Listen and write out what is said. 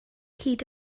hyd